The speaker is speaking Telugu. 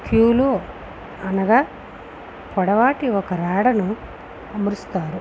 క్యూలు అనగా పొడవాటి ఒక రాడను అమరుస్తారు